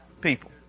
people